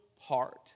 heart